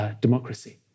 democracy